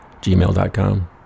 Gmail.com